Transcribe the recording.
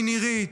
מנירית,